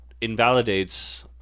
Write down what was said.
invalidates